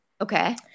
okay